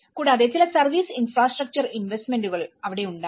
കൂടാതെ ചില service infrastructure ഇൻവെസ്റ്റ്മെന്റുകൾ അവിടെ ഉണ്ടായി